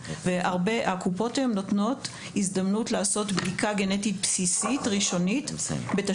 הקופות היום נותנות הזדמנות לעשות בדיקה גנטית בסיסית בתשלום